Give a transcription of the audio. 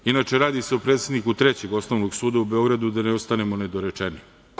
Inače, radi se o predsedniku Trećeg osnovnog suda u Beogradu, da ne ostanemo nedorečeni.